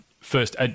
first